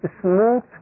smooth